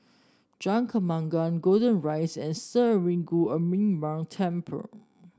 Jalan Kembangan Golden Rise and Sri Arulmigu Murugan Temple